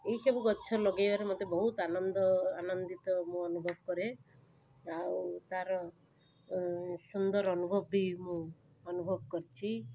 ଏଇସବୁ ଗଛ ଲଗାଇବାରେ ମୋତେ ବହୁତ ଆନନ୍ଦ ଆନନ୍ଦିତ ମୁଁ ଅନୁଭବ କରେ ଆଉ ତାର ଓ ସୁନ୍ଦର ଅନୁଭବ ବି ମୁଁ ଅନୁଭବ କରିଛି